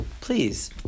Please